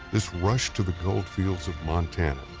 this rush to the gold fields of montana,